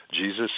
Jesus